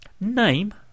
name